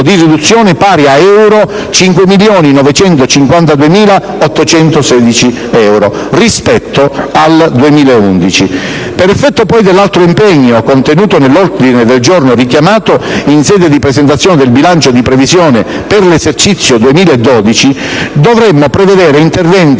di riduzione pari a euro 5.952.816 euro rispetto al 2011. Per effetto poi dell'altro impegno contenuto nell'ordine del giorno richiamato, in sede di presentazione del bilancio di previsione per l'esercizio 2012 dovremo prevedere interventi